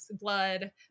blood